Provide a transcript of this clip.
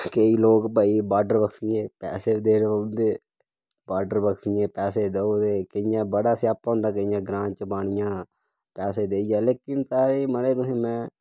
केईं लोक भाई बाडरबकसियें पैसे बी देना पौंदे ते बाडरबकसियें पैसे देओ ते केइयें बड़ा स्यापा होंदा केइयें ग्रांऽ च पानिया पैसे देइयै लेकिन साढ़े महाराज तुसें में